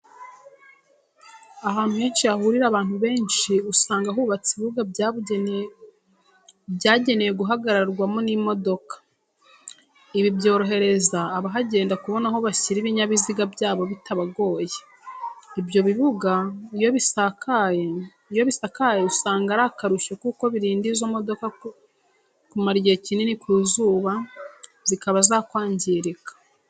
Ahantu henshi hahurira abantu benshi usanga hubatse ibibuga byagenewe guhagararwamo n'imodoka. Ibi byorohereza abahagenda kubona aho bashyira ibinyabiziga byabo bitabagoye. Ibyo bibuga iyo bisakaye usanga ari akarusho kuko birinda izo modoka kumara igihe kinini ku zuba zikaba zakwangirika.